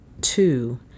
Two